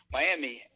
Miami